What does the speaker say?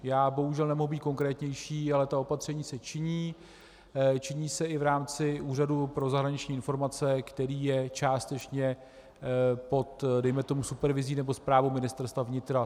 Já bohužel nemohu být konkrétnější, ale ta opatření se činí, činí se i v rámci Úřadu pro zahraniční informace, který je částečně pod, dejme tomu, supervizí nebo správou Ministerstva vnitra.